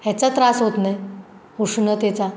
ह्याचा त्रास होत नाही उष्णतेचा